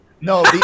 no